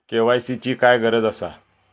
KYC ची काय गरज आसा?